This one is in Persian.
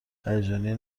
هیجانی